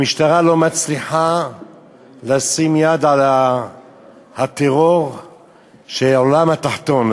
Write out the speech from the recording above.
המשטרה לא מצליחה לשים יד על הטרור של העולם התחתון.